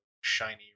shiny